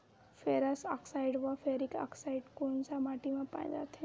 Ferrous oxide व ferric oxide कोन सा माटी म पाय जाथे?